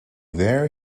there